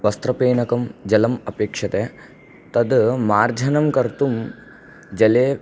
वस्त्रफेनकं जलम् अपेक्ष्यते तद् मार्जनं कर्तुं जले